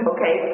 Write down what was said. Okay